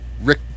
Rick